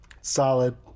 Solid